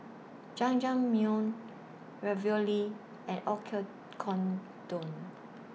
Jajangmyeon Ravioli and